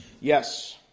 yes